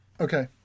Okay